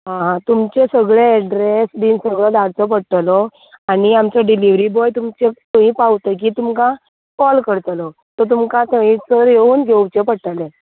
हां हां तुमचे सगळे एड्रेस बीन सगळो धाडचो पडटलो आनी आमचे डिलीवरी बॉय तुमचे थंय पावतकीत तुमका कॉल करतलो तुमकां थंयसर येवन घेवचें पडटले